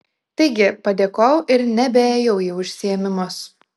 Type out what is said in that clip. taigi padėkojau ir nebeėjau į užsiėmimus